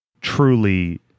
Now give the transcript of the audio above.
truly